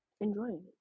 enjoying